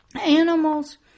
Animals